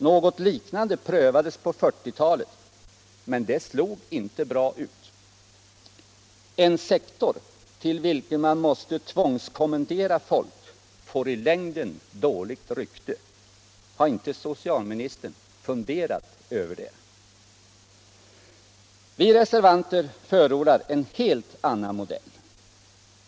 Något liknande prövades på 1940-talet, men det slog inte bra ut. En sektor till vilken man måste tvångskommendera folk får i längden dåligt rykte. Har inte socialministern funderat över detta? Vi reservanter förordar en helt annan modell.